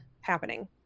happening